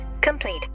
complete